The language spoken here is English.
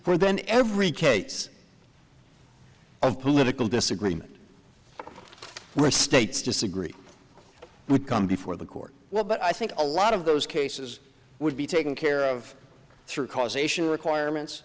were then every case of political disagreement where states disagree with come before the court well but i think a lot of those cases would be taken care of through causation requirements